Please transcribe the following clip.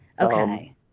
Okay